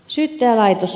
syyttäjälaitos